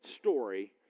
story